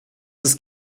ist